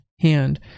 hand